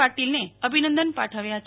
પાટિલને અભિનંદન પાઠવ્યા છે